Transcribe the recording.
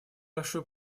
большой